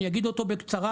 אני אגיד אותו בקצרה.